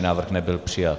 Návrh nebyl přijat.